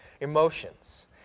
emotions